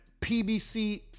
PBC